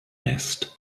nest